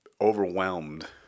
overwhelmed